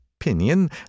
opinion